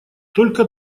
только